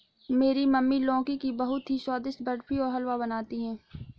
मेरी मम्मी लौकी की बहुत ही स्वादिष्ट बर्फी और हलवा बनाती है